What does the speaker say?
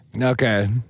Okay